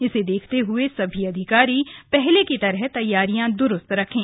इसे देखते हए सभी अधिकारी पहले की तरह तैयारियां दुरुस्त रखें